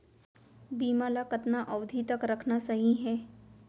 बीमा ल कतना अवधि तक रखना सही हे?